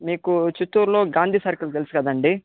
మీకు చిత్తూరులో గాంధీ సర్కిల్ తెలుసుకదండి